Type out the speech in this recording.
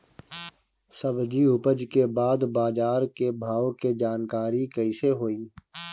सब्जी उपज के बाद बाजार के भाव के जानकारी कैसे होई?